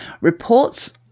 Reports